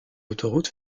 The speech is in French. autoroute